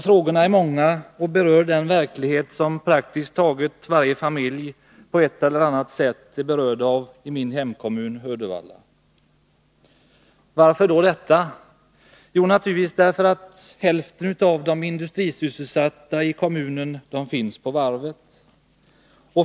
Frågorna är många och gäller den verklighet som praktiskt taget varje familj på ett eller annat sätt är berörd av i min hemkommun Uddevalla. Varför? Jo, därför att hälften av de industrisysselsatta i kommunen finns på varvet.